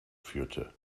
führte